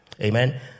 amen